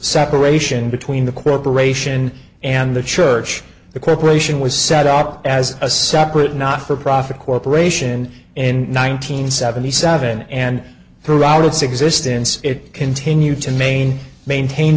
separation between the corporation and the church the corporation was set up as a separate not for profit corporation in nine hundred seventy seven and throughout its existence it continued to main maintain